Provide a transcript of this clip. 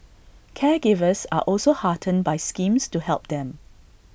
caregivers are also heartened by schemes to help them